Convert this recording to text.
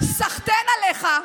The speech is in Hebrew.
סחתיין עליך.